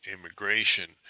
immigration